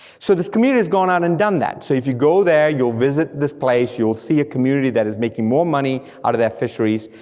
so this community's gone out and done that, so if you go there, you'll visit this place, you'll see a community that is making more money out of their fisheries,